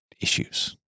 issues